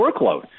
workload